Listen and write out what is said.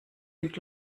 und